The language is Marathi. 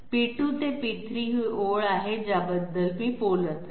p2 ते p3 ही ओळ आहे ज्याबद्दल मी बोलत आहे